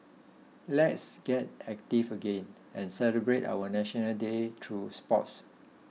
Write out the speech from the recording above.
let's get active again and celebrate our National Day through sports